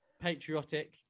patriotic